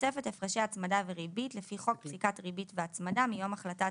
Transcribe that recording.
בתוספת הפרשי הצמדה וריבית לפי חוק פסיקת ריבית והצמדה מיום החלטת